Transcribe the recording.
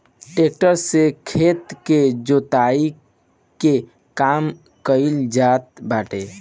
tractor से खेत के जोताई के काम कइल जात बाटे